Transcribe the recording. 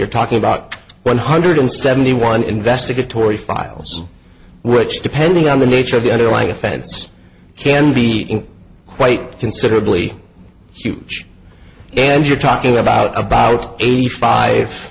you're talking about one hundred seventy one investigatory files which depending on the nature of the underlying offense can beat in quite considerably huge and you're talking about about eighty five